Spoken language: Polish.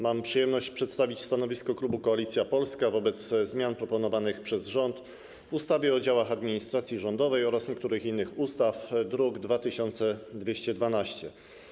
Mam przyjemność przedstawić stanowisko klubu Koalicja Polska wobec zmian proponowanych przez rząd w ustawie o działach administracji rządowej oraz w niektórych innych ustawach, druk nr 2212.